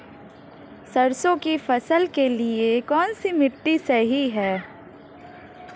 सरसों की फसल के लिए कौनसी मिट्टी सही हैं?